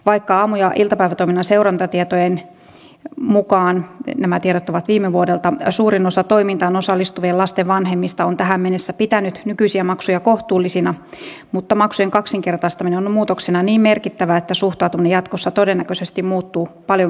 vaikka aamu ja iltapäivätoiminnan seurantatietojen mukaan nämä tiedot ovat viime vuodelta suurin osa toimintaan osallistuvien lasten vanhemmista on tähän mennessä pitänyt nykyisiä maksuja kohtuullisina maksujen kaksinkertaistaminen on muutoksena niin merkittävä että suhtautuminen jatkossa todennäköisesti muuttuu paljon kielteisemmäksi